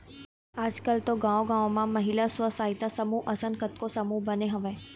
आजकल तो गाँव गाँव म महिला स्व सहायता समूह असन कतको समूह बने हवय